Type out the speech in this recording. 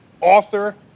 author